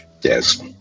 Yes